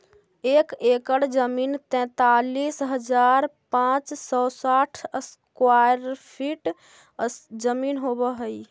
एक एकड़ जमीन तैंतालीस हजार पांच सौ साठ स्क्वायर फीट जमीन होव हई